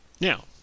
Now